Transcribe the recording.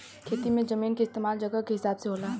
खेती मे जमीन के इस्तमाल जगह के हिसाब से होला